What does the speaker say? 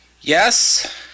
Yes